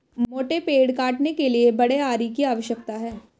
मोटे पेड़ काटने के लिए बड़े आरी की आवश्यकता है